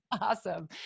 Awesome